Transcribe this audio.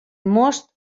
most